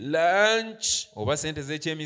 lunch